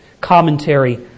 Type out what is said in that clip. commentary